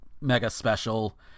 mega-special